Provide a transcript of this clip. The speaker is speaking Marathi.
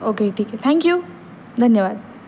ओके ठीक आहे थँक्यू धन्यवाद